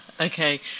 Okay